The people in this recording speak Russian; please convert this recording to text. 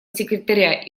секретаря